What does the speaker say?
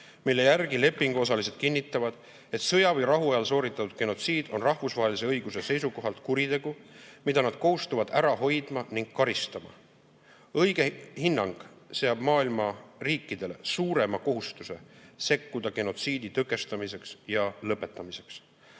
mille järgi lepinguosalised kinnitavad, et sõja või rahu ajal sooritatud genotsiid on rahvusvahelise õiguse seisukohalt kuritegu, mida nad kohustuvad ära hoidma ning karistama. Õige hinnang seab maailma riikidele suurema kohustuse sekkuda genotsiidi tõkestamiseks ja lõpetamiseks.